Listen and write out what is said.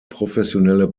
professionelle